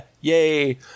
Yay